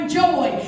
joy